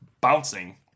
bouncing